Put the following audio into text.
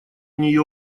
нее